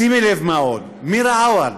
שימי לב מה עוד: מירה עווד,